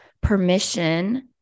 permission